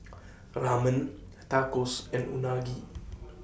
Ramen Tacos and Unagi